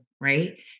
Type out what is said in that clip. right